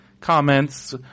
comments